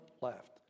left